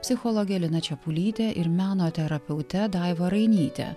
psichologe lina čepulyte ir meno terapeute daiva rainyte